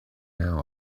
now